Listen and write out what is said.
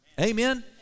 Amen